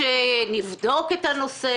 שיבדקו את הנושא.